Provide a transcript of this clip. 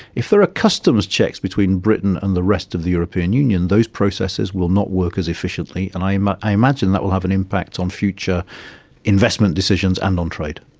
if there are customs checks between britain and the rest of the european union, those processes will not work as efficiently and i ah i imagine that will have an impact on future investment decisions and on trade.